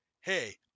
Hey